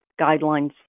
guidelines